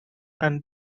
and